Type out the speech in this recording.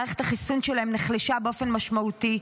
מערכת החיסון שלהם נחלשה באופן משמעותי,